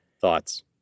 thoughts